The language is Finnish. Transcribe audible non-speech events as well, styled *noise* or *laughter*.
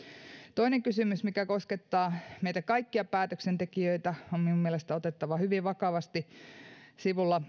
toinen kysymys mikä koskettaa meitä kaikkia päätöksentekijöitä on minun mielestäni otettava hyvin vakavasti sivulla *unintelligible*